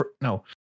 No